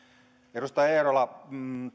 edustaja eerola